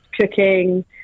cooking